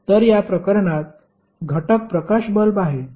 तर या प्रकरणात घटक प्रकाश बल्ब आहे